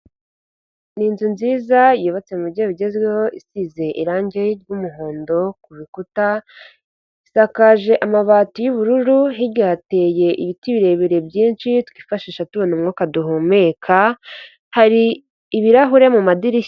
Ni inzu nziza yubatse m'uburyo bigezweho isize irangi ry'umuhondo ku rukuta risakaje amabati y'ubururu hirya hateye ibiti birebire byinshi twifashisha tubona umwuka duhumeka, hari ibirahuri mu madirishya.